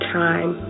time